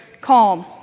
calm